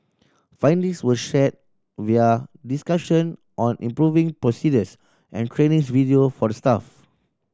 findings were shared via discussion on improving procedures and video for the staff